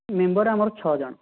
member ଆମର ଛଅ ଜଣ